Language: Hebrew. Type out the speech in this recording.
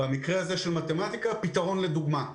במקרה הזה של מתמטיקה, פתרון לדוגמה: